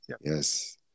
yes